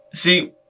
see